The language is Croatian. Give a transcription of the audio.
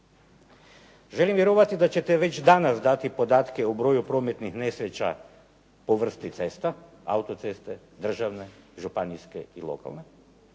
Želim vjerovati da ćete već danas dati podatke o broju prometnih nesreća po vrsti cesta, autoceste, državne, županijske i lokalne